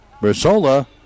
Brasola